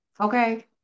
okay